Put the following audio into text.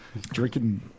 drinking